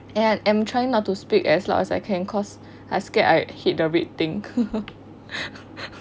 then I I'm trying not to speak as loud as I can cause I scared I hit the red thing